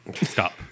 Stop